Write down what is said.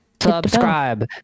subscribe